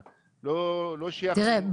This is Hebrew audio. מסיגריה.